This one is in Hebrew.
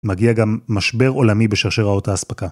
מגיע גם משבר עולמי בשרשראות האספקה.